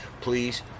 Please